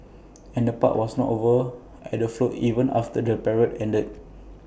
and the park was not over at the float even after the parade ended